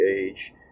age